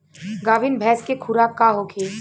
गाभिन भैंस के खुराक का होखे?